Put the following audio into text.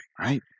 right